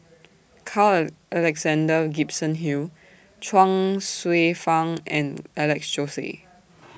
Carl Alexander Gibson Hill Chuang Hsueh Fang and Alex Josey